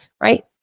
Right